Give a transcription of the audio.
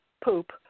poop